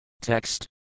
Text